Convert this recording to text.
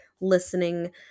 Listening